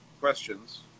questions